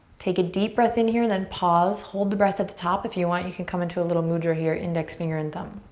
take a deep breath in here then pause, hold the breath at the top. if you want you can come into a little mudra here, index finger and thumb.